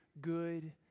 good